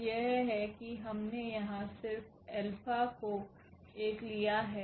तो यह है कि हमने यहाँ सिर्फ अल्फा को 1 लिया है